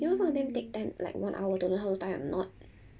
you know some of them take time like one hour to learn how to tie a knot